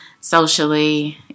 socially